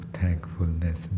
thankfulness